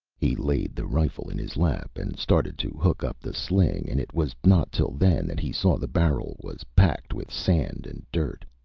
he laid the rifle in his lap and started to hook up the sling and it was not till then that he saw the barrel was packed with sand and dirt.